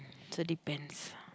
so depends